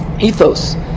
ethos